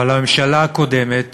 אבל הממשלה הקודמת